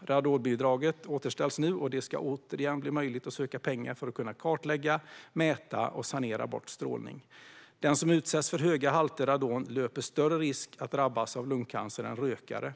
Radonbidraget återställs nu, och det ska återigen bli möjligt att söka pengar för att kunna kartlägga, mäta och sanera bort strålning. Den som utsätts för höga halter radon löper större risk att drabbas av lungcancer än rökare.